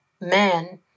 man